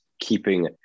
keeping